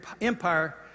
empire